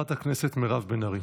חברת הכנסת מירב בן ארי.